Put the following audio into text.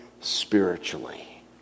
spiritually